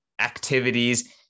activities